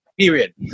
Period